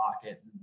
pocket